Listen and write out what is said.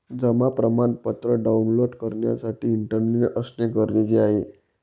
जमा प्रमाणपत्र डाऊनलोड करण्यासाठी इंटरनेट असणे गरजेचे आहे